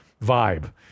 vibe